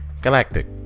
Galactic